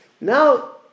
Now